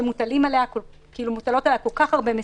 כשמוטלות עליה כל כך הרבה משימות.